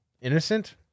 innocent